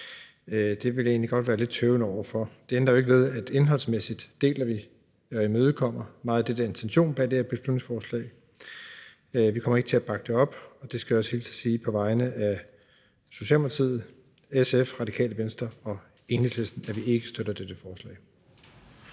egentlig godt være lidt tøvende over for. Det ændrer jo ikke ved, at vi indholdsmæssigt deler eller imødekommer meget af det, der er intentionen med det her beslutningsforslag. Vi kommer ikke til at bakke det op i Socialdemokratiet, og jeg skal også på vegne af SF, Radikale Venstre og Enhedslisten hilse og sige, at de heller ikke støtter dette forslag.